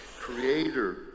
Creator